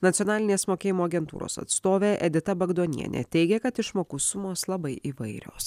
nacionalinės mokėjimo agentūros atstovė edita bagdonienė teigia kad išmokų sumos labai įvairios